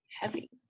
heavy